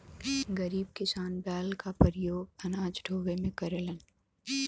गरीब किसान बैल क परियोग अनाज ढोवे में करलन